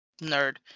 nerd